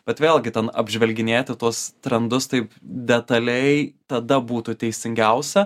bet vėlgi ten apžvelginėti tuos trendus taip detaliai tada būtų teisingiausia